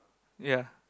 ya